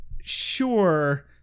Sure